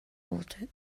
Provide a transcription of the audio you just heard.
bolted